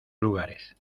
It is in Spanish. lugares